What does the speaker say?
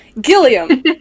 Gilliam